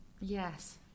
Yes